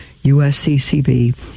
USCCB